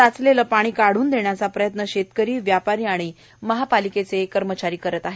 साचलेले पाणी काढून देण्याचे प्रयत्न शेतकरी व्यापारी महापालिकेचे कर्मचारी करीत आहेत